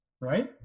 Right